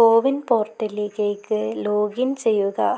കോവിൻ പോർട്ടലിലേക്ക് ലോഗിൻ ചെയ്യുക